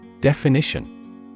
Definition